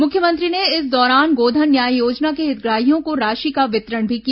मुख्यमंत्री ने इस दौरान गोधन न्याय योजना के हितग्राहियों को राशि का वितरण भी किया